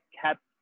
kept